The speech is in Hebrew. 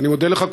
אני מודה לך,